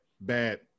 bad